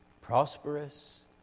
prosperous